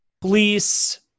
police